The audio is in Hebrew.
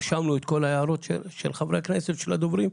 רשמנו את כל ההערות של חברי הכנסת ושל הדוברים.